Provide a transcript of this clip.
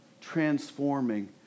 transforming